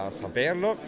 saperlo